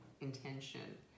intention